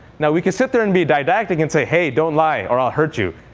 now we could sit there and be didactic and say hey, don't lie or i'll hurt you.